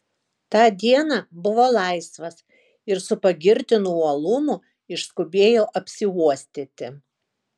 tą dieną buvo laisvas ir su pagirtinu uolumu išskubėjo apsiuostyti